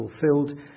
fulfilled